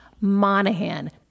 Monahan